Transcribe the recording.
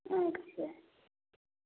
अच्छा